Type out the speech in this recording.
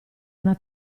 una